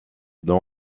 dans